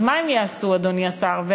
אז מה הם יעשו, אדוני השר?